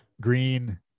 green